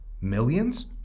millions